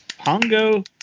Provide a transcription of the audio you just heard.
Pongo